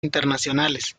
internacionales